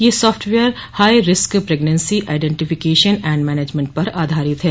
यह software high risk pregnancy identification and management पर आधारित है